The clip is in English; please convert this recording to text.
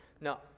No